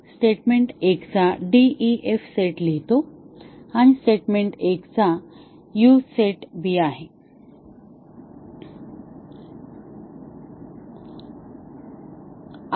तर आपण स्टेटमेंट 1 चा DEF सेट लिहितो आणि स्टेटमेंट 1 चा चा युझ सेट b आहे